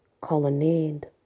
Colonnade